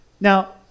Now